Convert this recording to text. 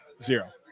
Zero